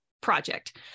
project